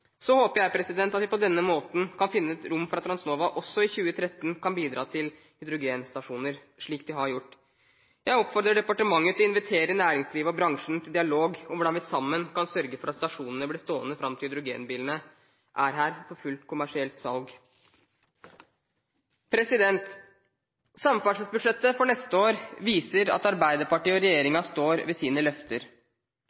Så håper jeg at vi på denne måten kan finne rom for at Transnova også i 2013 kan bidra til hydrogenstasjoner, slik de har gjort. Jeg oppfordrer departementet til å invitere næringsliv og bransjen til dialog om hvordan vi sammen kan sørge for at stasjonene blir stående fram til hydrogenbilene er her for fullt kommersielt salg. Samferdselsbudsjettet for neste år viser at Arbeiderpartiet og